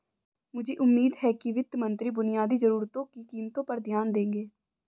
मुझे उम्मीद है कि वित्त मंत्री बुनियादी जरूरतों की कीमतों पर ध्यान देंगे